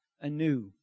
anew